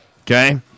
Okay